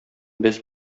без